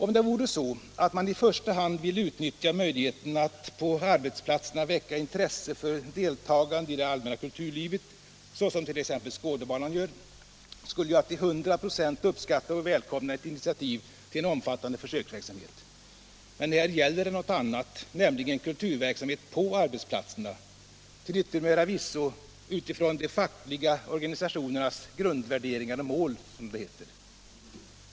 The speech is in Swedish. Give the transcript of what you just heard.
Om det vore så att man i första hand ville utnyttja möjligheten att på arbetsplatserna väcka intresse för deltagande i det allmänna kulturlivet — så som t.ex. Skådebanan gör — skulle jag hundraprocentigt uppskatta och välkomna ett initiativ till en omfattande försöksverksamhet. Men här gäller det något annat, nämligen kulturverksamhet på arbetsplatserna, till yttermera visso utifrån de fackliga organisationernas ”grundvärderingar och mål”, som det heter.